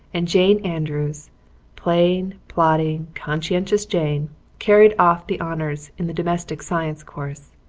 and jane andrews plain, plodding, conscientious jane carried off the honors in the domestic science course.